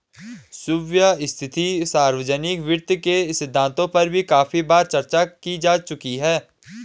सुव्यवस्थित सार्वजनिक वित्त के सिद्धांतों पर भी काफी बार चर्चा की जा चुकी है